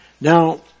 Now